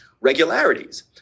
regularities